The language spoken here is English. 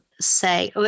say